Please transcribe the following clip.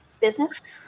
Business